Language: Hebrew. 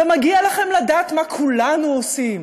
ומגיע לכם לדעת מה כולנו עושים,